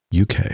UK